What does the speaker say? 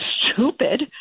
stupid